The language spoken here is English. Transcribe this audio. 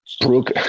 Brooke